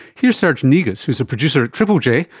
here's serge negus, who is a producer at triple j,